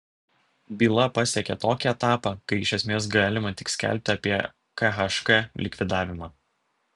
byla pasiekė tokį etapą kai iš esmės galima tik skelbti apie khk likvidavimą